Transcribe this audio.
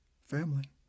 Family